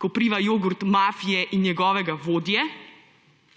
Koprive, jogurt mafije in njegovega vodje,